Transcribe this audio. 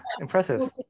impressive